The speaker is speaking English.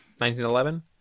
1911